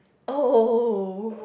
oh